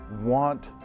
want